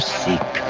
seek